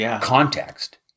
context